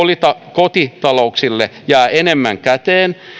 kotitalouksille jää enemmän käteen